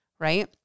right